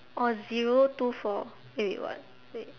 or zero two four eh wait what wait